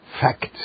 facts